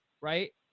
right